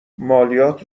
مالیات